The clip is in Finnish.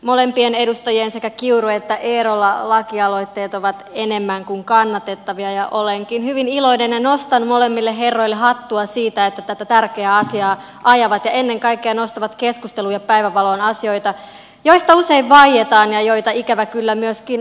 molempien edustajien sekä kiurun että eerolan lakialoitteet ovat enemmän kuin kannatettavia ja olenkin hyvin iloinen ja nostan molemmille herroille hattua siitä että tätä tärkeää asiaa ajavat ja ennen kaikkea nostavat keskusteluun ja päivänvaloon asioita joista usein vaietaan ja joita ikävä kyllä myöskin hävetään